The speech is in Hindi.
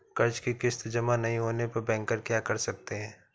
कर्ज कि किश्त जमा नहीं होने पर बैंकर क्या कर सकते हैं?